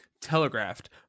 telegraphed